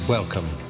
Welcome